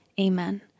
Amen